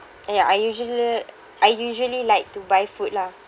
ya I usually I usually like to buy food lah